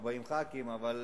40 חברי כנסת.